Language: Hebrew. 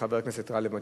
חבר הכנסת גאלב מג'אדלה.